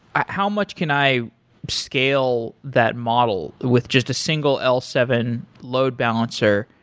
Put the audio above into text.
how much can i scale that model with just a single l seven load balancer?